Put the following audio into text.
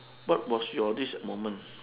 what was your this moment